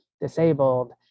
disabled